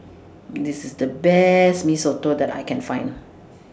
This IS The Best Mee Soto that I Can Find